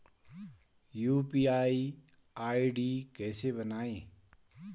UPI ID कैसे बनायें?